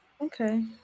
Okay